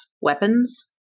weapons